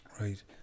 Right